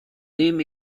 nehme